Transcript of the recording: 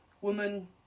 woman